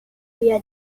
via